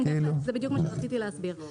כן, זה בדיוק מה שרציתי להסביר.